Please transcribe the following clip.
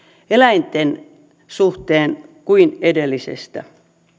eläinten suhteen kuin edellisestä